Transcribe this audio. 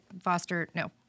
foster—no